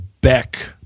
Beck